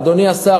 אדוני השר,